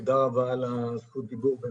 תודה רבה על זכות הדיבור.